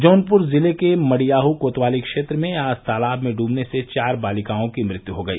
जौनपुर जिले के मडियाहू कोतवाली क्षेत्र में आज तालाब में डूबने से चार बालिकाओं की मृत्यू हो गई